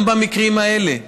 גם במקרים האלה,